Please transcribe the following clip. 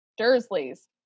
Dursleys